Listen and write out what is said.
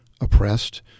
oppressed